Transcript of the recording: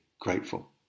grateful